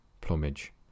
plumage